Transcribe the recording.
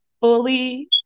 fully